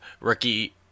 rookie